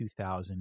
2000